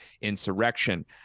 insurrection